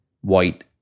White